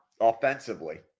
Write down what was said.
offensively